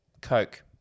Coke